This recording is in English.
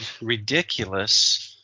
ridiculous